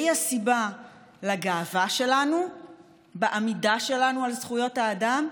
והיא הסיבה לגאווה שלנו בעמידה שלנו על זכויות האדם,